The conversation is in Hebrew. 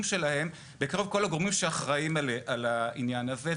שלהם בקרב כל הגורמים שאחראים על העניין הזה,